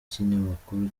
kinyamakuru